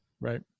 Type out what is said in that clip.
right